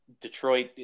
Detroit